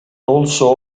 also